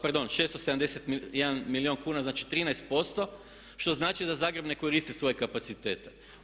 Pardon, 671 milijun kuna, znači 13%, što znači da Zagreb ne koristi svoje kapacitete.